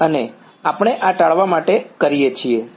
અને આપણે આ ટાળવા માટે કરીએ છીએ શું